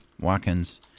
Watkins